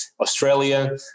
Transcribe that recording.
Australia